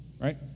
right